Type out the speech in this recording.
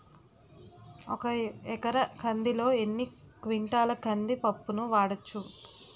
ఒక ఎకర కందిలో ఎన్ని క్వింటాల కంది పప్పును వాడచ్చు?